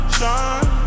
shine